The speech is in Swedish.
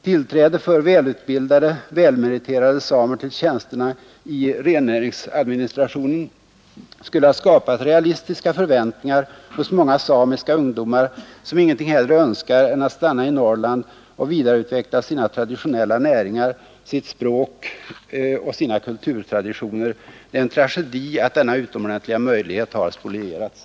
Tillträde för välutbildade, välmeriterade samer till tjänsterna i rennäringsadministrationen skulle ha skapat realistiska förväntningar hos många samiska ungdomar, som ingenting hellre önskar än att stanna i Norrland och vidareutveckla sina traditionella näringar, sitt språk och sina kulturtraditioner. Det är en tragedi att denna utomordentliga möjlighet har spolierats.